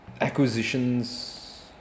acquisitions